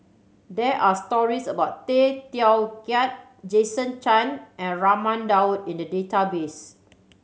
there are stories about Tay Teow Kiat Jason Chan and Raman Daud in the database